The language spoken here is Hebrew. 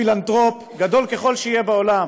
פילנתרופ גדול ככל שיהיה בעולם: